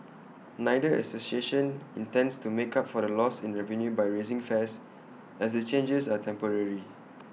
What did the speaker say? neither association intends to make up for the loss in revenue by raising fares as the changes are temporary